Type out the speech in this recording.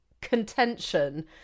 contention